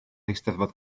eisteddfod